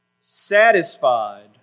satisfied